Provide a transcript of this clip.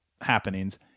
happenings